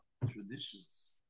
traditions